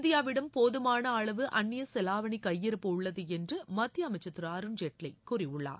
இந்தியாவிடம் போதுமான அளவு அன்னிய செலாவணி கையிருப்பு உள்ளது என்று மத்திய அமைச்சர் திரு அருண்ஜேட்லி கூறியுள்ளார்